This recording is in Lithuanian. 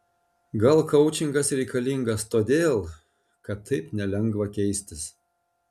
gal koučingas yra reikalingas todėl kad taip nelengva keistis